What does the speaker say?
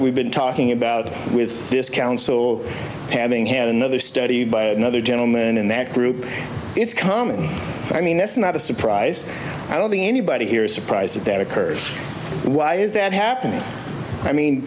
we've been talking about with this council having had another study by another gentleman in that group it's common i mean it's not a surprise i don't think anybody here is surprised that that occurs why is that happening i mean